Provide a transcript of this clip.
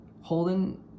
Holden